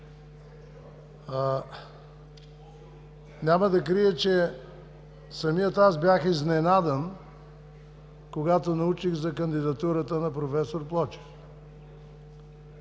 Няма да крия, че самият аз бях изненадан, когато научих за кандидатурата на проф. Плочев,